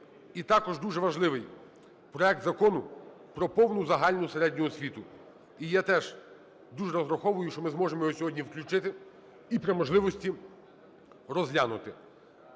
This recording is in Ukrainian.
І також дуже важливий проект Закону про повну загальну середню освіту. І я теж дуже розраховую, що ми зможемо його сьогодні включити і при можливості розглянути.